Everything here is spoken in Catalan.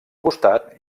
costat